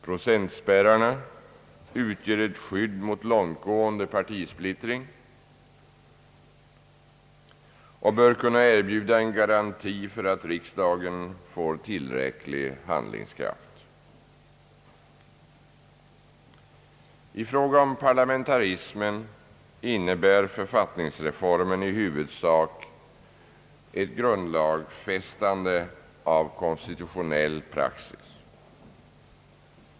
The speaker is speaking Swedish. Procentspärrarna utgör ett skydd mot långtgående partisplittring och bör kunna erbjuda en garanti för att riksdagen får tillräcklig handlingskraft. I fråga om parlamentarismen innebär författningsreformen i huvudsak ett grundlagsfästande av konstitutionell praxis.